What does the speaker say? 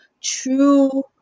true